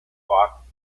clock